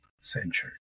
century